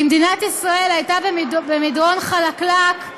כי מדינת ישראל הייתה במדרון חלקלק,